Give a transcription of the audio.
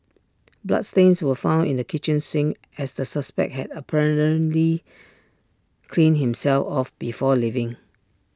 bloodstains were found in the kitchen sink as the suspect had apparently cleaned himself off before leaving